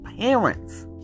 parents